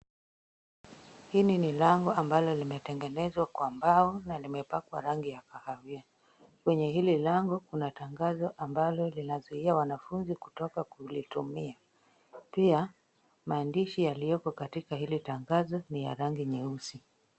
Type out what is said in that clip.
Hili ni lango ambalo limetengenezwa kwa mbao na limepakwa rangi ya kahawia. Kwenye hili lango kuna tangazo ambalo linazuia wanafunzi kutoka kulitumia. Pia maandishi yaliyoko kwenye hili tangazo ni ya rangi nyeusi.